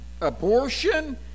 abortion